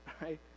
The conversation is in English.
right